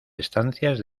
estancias